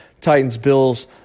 Titans-Bills